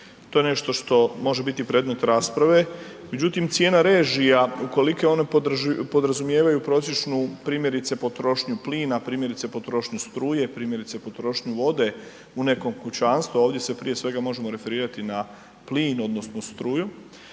to je nešto što može biti predmet rasprave. Međutim, cijena režija ukoliko one podrazumijevaju prosječnu primjerice potrošnju plina, primjerice potrošnju struje, primjerice potrošnju vode u nekom kućanstvu, a ovdje se prije svega možemo referirati na plin odnosno struju.